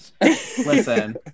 Listen